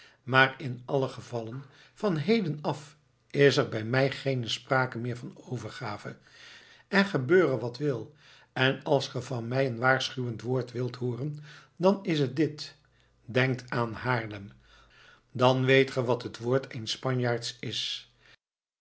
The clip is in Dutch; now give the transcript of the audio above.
maar in alle gevallen van heden af is er bij mij geene sprake meer van overgave er gebeure wat wil en als ge van mij een waarschuwend woord wilt hooren dan is het dit denkt aan haarlem dan weet ge wat het woord eens spanjaards is